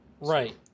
Right